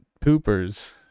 poopers